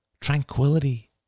tranquility